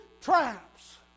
traps